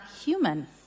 human